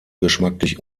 geschmacklich